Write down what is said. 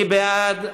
מי בעד?